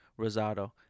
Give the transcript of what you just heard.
Rosado